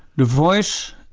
voice,